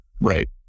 right